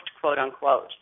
quote-unquote